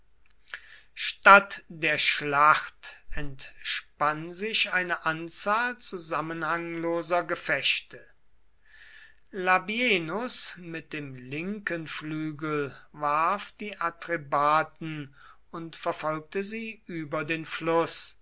statt der schlacht entspann sich eine anzahl zusammenhangloser gefechte labienus mit dem linken flügel warf die atrebaten und verfolgte sie bis über den fluß